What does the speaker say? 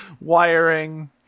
wiring